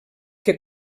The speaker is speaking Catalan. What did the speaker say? que